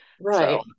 Right